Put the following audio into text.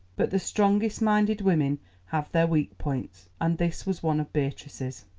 but the strongest-minded women have their weak points, and this was one of beatrice's.